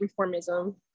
reformism